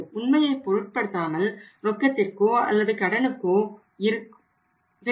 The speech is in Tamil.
உண்மையை பொருட்படுத்தாமல் ரொக்கத்திற்கோ அல்லது கடனுக்கோ விற்கும்